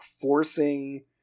forcing